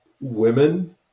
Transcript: women